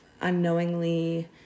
unknowingly